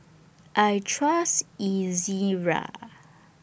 I Trust Ezerra